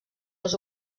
les